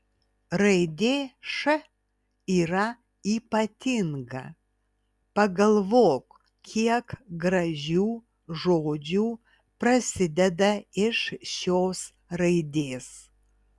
raidė š yra ypatinga pagalvok kiek gražių žodžių prasideda iš šios raidės